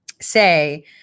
say